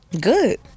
Good